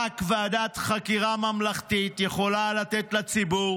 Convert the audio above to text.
"רק ועדת חקירה ממלכתית יכולה לתת לציבור